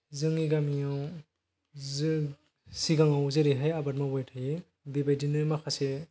जोंनि गामियाव जों सिगाङाव जेरैहाय आबाद मावबाय थायो बेबायदिनो माखासे